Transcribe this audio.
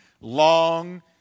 long